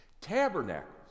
Tabernacles